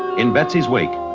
in betsy's wake,